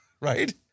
Right